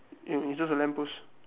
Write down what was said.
ya it's just a lamp post